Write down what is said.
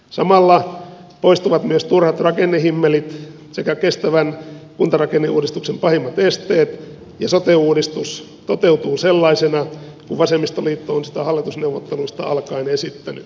samalla poistuvat myös turhat rakennehimmelit sekä kestävän kuntarakenneuudistuksen pahimmat esteet ja sote uudistus toteutuu sellaisena kuin vasemmistoliitto on sitä hallitusneuvotteluista alkaen esittänyt